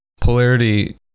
Polarity